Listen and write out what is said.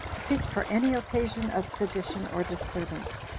seek for any occasion of sedition or disturbance,